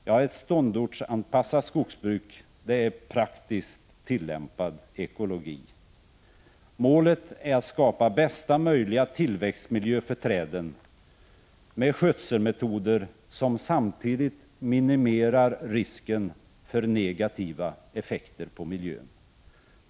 Jo, ett ståndortsanpassat skogsbruk är praktiskt tillämpad ekologi. Målet är att skapa bästa möjliga tillväxtmiljö för träden med skötselmetoder, som samtidigt minimerar risken för negativa effekter på miljön.